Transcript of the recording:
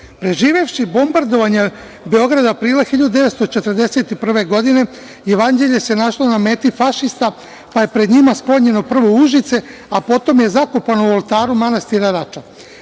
Beograd. Preživevši bombardovanje Beograda aprila 1941. godine, Jevanđelje se našlo na meti fašista, pa je pred njima sklonjeno prvo u Užice, a potom je zakopano u oltaru manastira Rača.